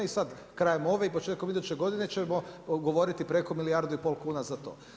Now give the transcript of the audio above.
I sad, krajem ove i početkom iduće godine ćemo govoriti preko milijardu i pol kuna za to.